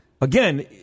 Again